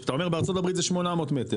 אתה אומר בארצות הברית זה 800 מטר,